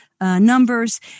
Numbers